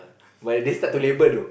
but they start to label though